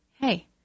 hey